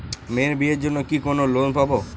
মেয়ের বিয়ের জন্য কি কোন লোন পাব?